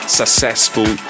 successful